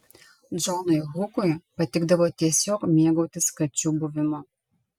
džonui hukui patikdavo tiesiog mėgautis kačių buvimu